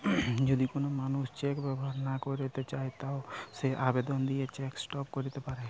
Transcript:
যদি কোন মানুষ চেক ব্যবহার না কইরতে চায় তো সে আবেদন দিয়ে চেক স্টপ ক্যরতে পারে